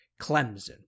Clemson